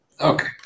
Okay